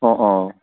অঁ অঁ